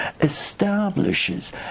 establishes